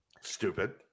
stupid